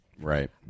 right